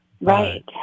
Right